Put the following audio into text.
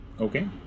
Okay